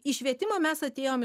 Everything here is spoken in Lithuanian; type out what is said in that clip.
į švietimą mes atėjom